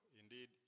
Indeed